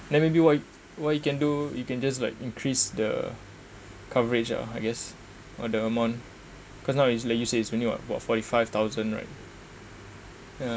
then maybe what what you can do you can just like increase the coverage ah I guess or the amount cause now it's like you say it's only what about forty five thousand right yeah